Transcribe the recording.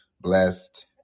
blessed